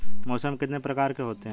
मौसम कितने प्रकार के होते हैं?